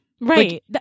right